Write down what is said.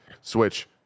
Switch